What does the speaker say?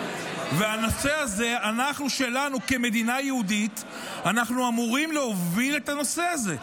אנחנו כמדינה יהודית אמורים להוביל את הנושא הזה.